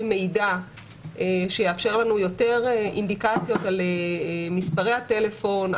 מידע שיאפשר לנו יותר אינדיקציות על מספרי הטלפון,